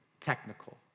technical